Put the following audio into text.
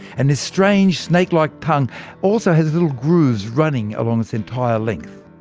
and this strange snake-like tongue also has little grooves running along its entire length.